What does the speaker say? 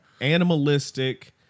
animalistic